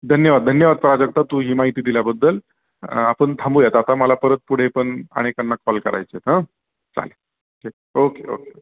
धन्यवाद धन्यवाद प्राजक्ता तू ही माहिती दिल्याबद्दल आपण थांबूयात आता मला परत पुढे पण अनेकांना कॉल करायचे आहेत अं चालेल ठीक ओके ओके ओके